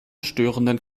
störenden